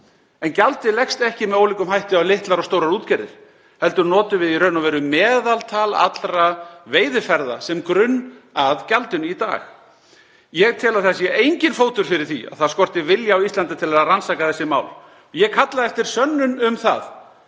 En gjaldið leggst ekki með ólíkum hætti á litlar og stórar útgerðir heldur notum við í raun og veru meðaltal allra veiðiferða sem grunn að gjaldinu í dag. Ég tel að það sé enginn fótur fyrir því að það skorti vilja á Íslandi til að rannsaka þessi mál. Ég kalla eftir sönnun um það.